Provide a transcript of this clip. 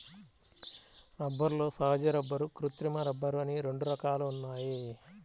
రబ్బరులో సహజ రబ్బరు, కృత్రిమ రబ్బరు అని రెండు రకాలు ఉన్నాయి